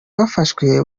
bafashwe